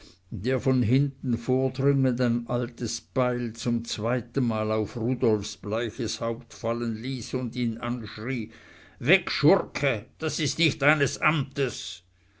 der von hinten vordringend ein altes beil zum zweiten male auf rudolfs bleiches haupt fallen ließ und ihn anschrie weg schurke das ist nicht deines amtes